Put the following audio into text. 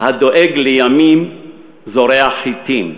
"הדואג לימים זורע חיטים,